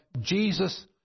Jesus